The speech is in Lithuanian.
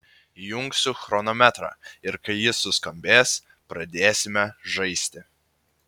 įjungsiu chronometrą ir kai jis suskambės pradėsime žaisti